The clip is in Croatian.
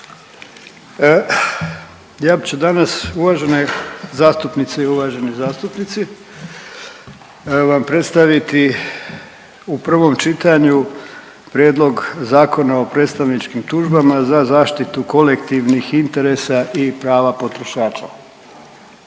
Ja ću danas uvažene zastupnice i uvaženi zastupnici vam predstaviti u prvom čitanju Prijedlog Zakona o predstavničkim tužbama za zaštitu kolektivnih interesa i prava potrošača.